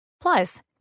Plus